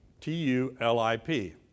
T-U-L-I-P